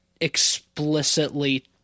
explicitly